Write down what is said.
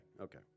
okay